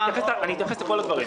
אתייחס לכל הדברים.